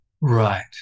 right